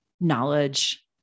knowledge